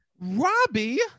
Robbie